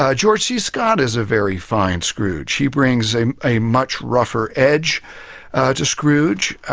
ah george c. scott is a very fine scrooge. he brings a a much rougher edge to scrooge,